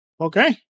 Okay